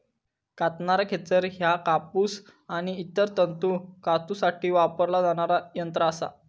कातणारा खेचर ह्या कापूस आणि इतर तंतू कातूसाठी वापरला जाणारा यंत्र असा